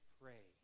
pray